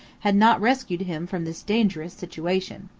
had not rescued him from this dangerous situation.